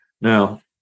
Now